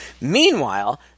Meanwhile